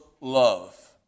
love